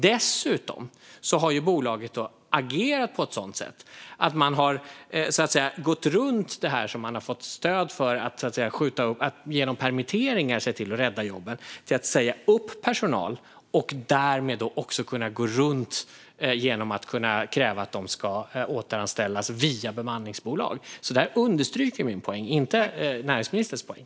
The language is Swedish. Dessutom har bolaget agerat på ett sådant sätt att man har gått runt det man har fått stöd för, att använda permitteringar för att rädda jobben, till att säga upp personal och därmed också kräva att de ska återanställas via bemanningsbolag. Det här understryker min poäng, inte näringsministerns poäng.